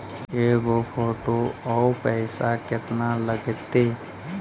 के गो फोटो औ पैसा केतना लगतै?